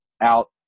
out